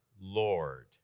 Lord